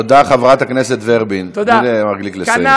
אני חושבת שאתם שלחתם את ראש הממשלה עם משקולות לארצות-הברית בלי למצמץ.